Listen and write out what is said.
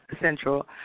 Central